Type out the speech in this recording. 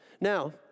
Now